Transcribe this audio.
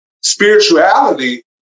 spirituality